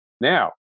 Now